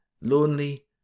lonely